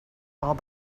all